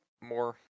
more